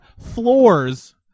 floors